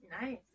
Nice